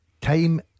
time